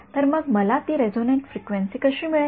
तर मग मला ती रेसॉनेट फ्रिक्वेन्सी कशी कळेल